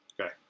Okay